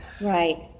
right